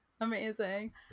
amazing